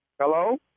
Hello